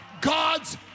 god's